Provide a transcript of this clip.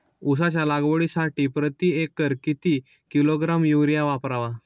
उसाच्या लागवडीसाठी प्रति एकर किती किलोग्रॅम युरिया वापरावा?